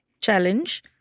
challenge